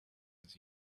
was